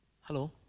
Hello